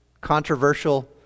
controversial